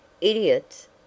Idiots